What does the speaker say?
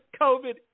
COVID